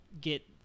get